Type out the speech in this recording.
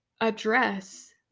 address